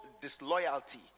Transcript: disloyalty